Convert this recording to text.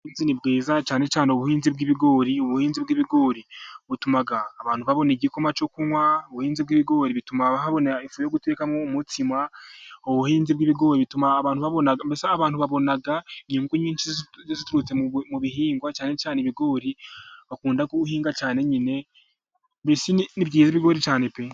Ubuhinzi ni bwiza, cyane cyane ubuhinzi bw'ibigori, ubuhinzi bw'ibigori butuma abantu babona igikoma cyo kunywa, ubuhinzi bw'ibigori bituma babona ifu yo gutekamo umutsima, ubuhinzi bw'ibigori butuma abantu babona inyungu nyinshi mu bihingwa, cyane cyane ibigori bakunda guhinga cyane nyine, mbese ni byiza ibigori cyane pe!